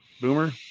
Boomer